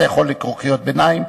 אתה יכול לקרוא קריאות ביניים,